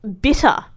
bitter